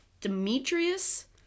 Demetrius